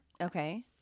Okay